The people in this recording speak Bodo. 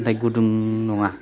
नाथाय गुदुं नङा